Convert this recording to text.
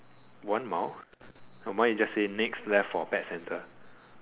one mouth no my is just say next left for pet centre